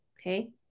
Okay